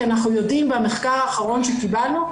כי אנחנו יודעים מהמחקר האחרון שקיבלנו,